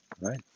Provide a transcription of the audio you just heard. Right